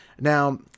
Now